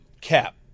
cap